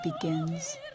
...begins